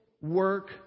work